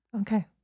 Okay